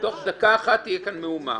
תוך דקה אחת תהיה כאן מהומה.